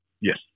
Yes